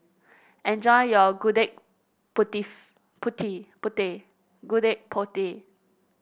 enjoy your Gudeg Putih Gudeg Putih